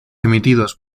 emitidos